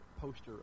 poster